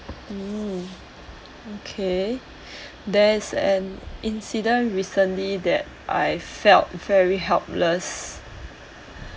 mm okay there is an incident recently that I felt very helpless